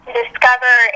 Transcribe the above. discover